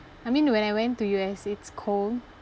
I mean when I went to U_S it's cold